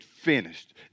finished